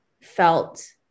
felt